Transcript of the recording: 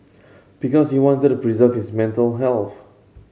because he wanted to preserve his mental health